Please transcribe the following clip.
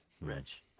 Rich